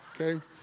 okay